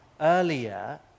earlier